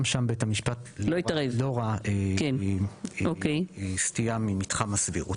גם שם בית המשפט לא ראה סטייה ממתחם הסבירות.